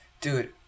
dude